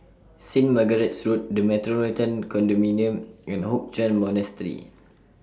Saint Margaret's Road The Metropolitan Condominium and Hoc Chuan Monastery